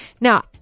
Now